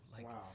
Wow